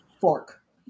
fork